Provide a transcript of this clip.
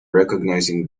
recognizing